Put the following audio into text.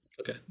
okay